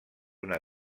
una